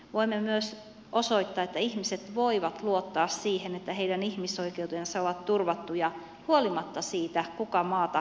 voimme myös osoittaa että ihmiset voivat luottaa siihen että heidän ihmisoikeutensa ovat turvattuja huolimatta siitä kuka maata kulloinkin hallitsee